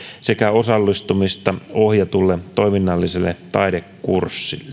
sekä osallistumista ohjatulle toiminnalliselle taidekurssille